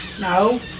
No